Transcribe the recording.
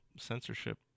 censorship